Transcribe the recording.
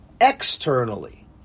externally